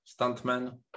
stuntman